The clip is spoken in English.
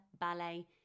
ballet